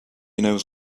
knows